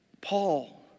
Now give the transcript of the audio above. Paul